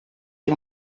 two